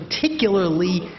particularly